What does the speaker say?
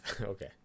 okay